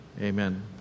Amen